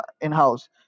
in-house